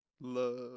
Love